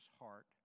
heart